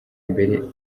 mbere